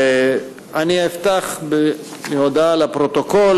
אני אפתח בהודעה לפרוטוקול.